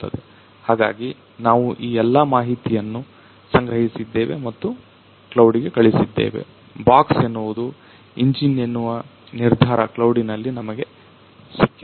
ಹಾಗಾಗಿ ನಾವು ಈ ಎಲ್ಲಾ ಮಾಹಿತಿಯನ್ನ ಸಂಗರಹಿಸಿದ್ದೇವೆ ಮತ್ತು ಕ್ಲೌಡಿಗೆ ಕಳಿಸಿದ್ದೇವೆ ಬಾಕ್ಸ್ ಎನ್ನುವುದು ಇಂಜಿನ್ ಎನ್ನುವ ನಿರ್ಧಾರ ಕ್ಲೌಡಿನಲ್ಲಿ ನಮಗೆ ಸಿಕ್ಕಿದೆ